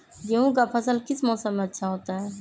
गेंहू का फसल किस मौसम में अच्छा होता है?